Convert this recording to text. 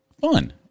fun